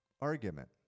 argument